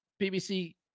BBC